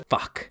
Fuck